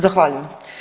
Zahvaljujem.